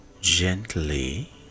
Gently